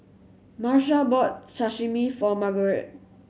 Marsha bought Sashimi for Margarete